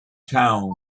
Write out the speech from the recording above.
town